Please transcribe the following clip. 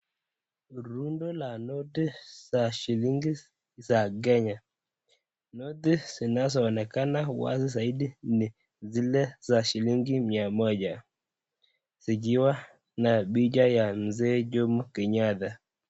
Rundo la noti za shilingi za Kenya. Noti zinazo onekana wazi zaidi ni zile za shilingi mia moja zikiwa na picha ya Mzee Jomo Kenyatta.